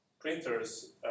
printers